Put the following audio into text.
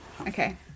Okay